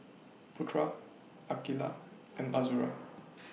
Putra Aqilah and Azura